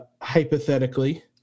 hypothetically